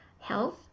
health